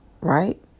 Right